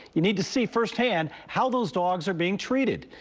you need to see firsthand how those dogs are being treated.